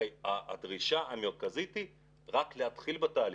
הדרישה המרכזית היא רק להתחיל בתהליך,